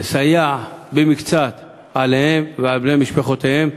לסייע במקצת להם ולבני משפחותיהם.